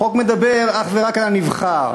החוק מדבר אך ורק על הנבחר.